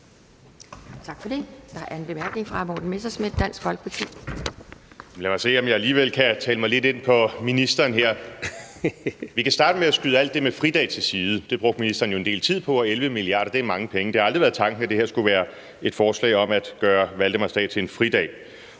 Lad mig se, om jeg alligevel kan tale mig lidt ind på ministeren her. Vi kan starte med at skyde alt det med fridage til side. Det brugte ministeren jo en del tid på, og 11 mia. kr. er mange penge, men det har aldrig været tanken, at det her skulle være et forslag om at gøre Valdemarsdag til en fridag.